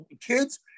kids